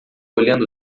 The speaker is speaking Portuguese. olhando